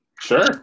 Sure